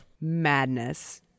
Madness